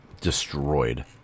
destroyed